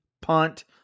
punt